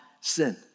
sin